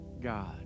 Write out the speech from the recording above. God